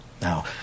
Now